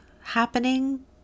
happening